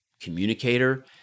communicator